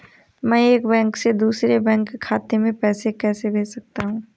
मैं एक बैंक से दूसरे बैंक खाते में पैसे कैसे भेज सकता हूँ?